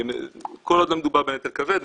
כל עוד לא מדובר בנטל כבד,